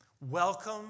Welcome